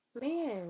man